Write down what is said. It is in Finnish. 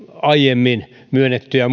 aiemmin myönnetyistä